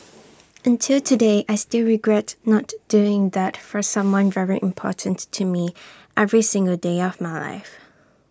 and till today I still regret not doing that for someone very important to me every single day of life